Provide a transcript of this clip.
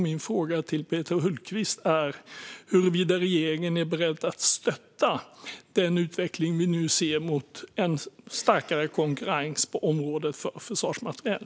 Min fråga till Peter Hultqvist är huruvida regeringen är beredd att stötta den utveckling som vi nu ser mot en starkare konkurrens på området för försvarsmateriel.